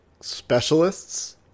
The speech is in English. specialists